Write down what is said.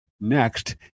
next